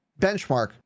benchmark